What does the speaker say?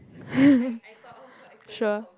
sure